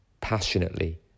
passionately